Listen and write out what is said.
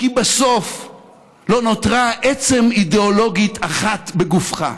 כי בסוף לא נותרה עצם אידיאולוגית אחת בגופך.